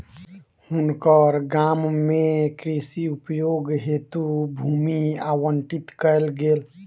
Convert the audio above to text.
हुनकर गाम में कृषि उपयोग हेतु भूमि आवंटित कयल गेल